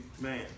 man